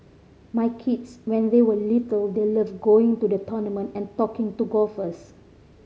my kids when they were little they loved going to the tournament and talking to golfers